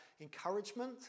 encouragement